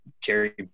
Jerry